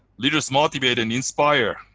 leaders motivate and inspire,